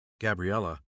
Gabriella